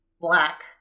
black